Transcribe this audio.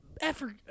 effort